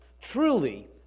Truly